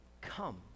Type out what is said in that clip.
Come